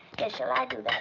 here. shall i do